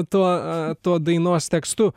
tuo tuo dainos tekstu